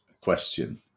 question